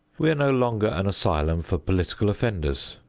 we are no longer an asylum for political offenders.